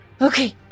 Okay